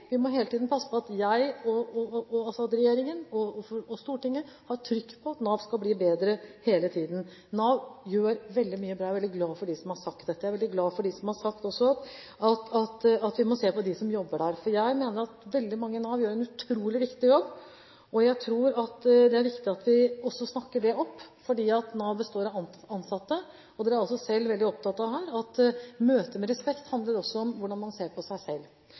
Vi må hele tiden passe på at jeg og regjeringen og Stortinget har trykk på at Nav hele tiden skal bli bedre. Nav gjør veldig mye bra, og jeg er veldig glad for å høre dem som har sagt dette. Jeg er veldig glad for å høre dem som også har sagt at vi må se på forholdene for dem som jobber der. Jeg mener at veldig mange i Nav gjør en utrolig viktig jobb, og jeg tror at det er viktig at vi også snakker det opp, for Nav består av ansatte. Dere er også selv veldig opptatt av at det å møte med respekt også handler om hvordan man ser på seg selv.